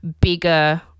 bigger